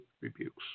rebukes